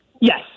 Yes